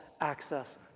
access